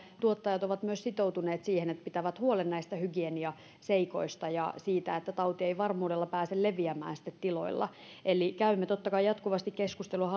tuottajat ovat myös sitoutuneet siihen että pitävät huolen näistä hygieniaseikoista ja siitä että tauti ei varmuudella pääse leviämään tiloilla eli käymme totta kai jatkuvasti keskustelua